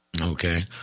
Okay